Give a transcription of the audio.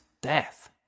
death